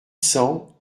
cents